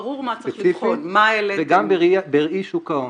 וגם בראי שוק ההון.